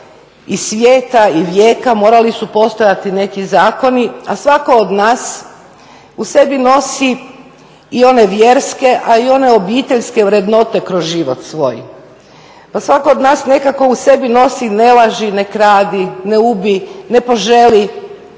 i svijeta i vijeka morali su postojati neki zakoni, a svatko od nas u sebi nosi i one vjerske a i one obiteljske vrednote kroz život svoj. Pa svatko od nas nekako u sebi nosi ne laži, ne kradi, ne ubij, ne poželi,